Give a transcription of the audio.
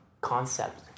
concept